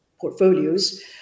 portfolios